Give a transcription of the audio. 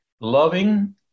loving